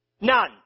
None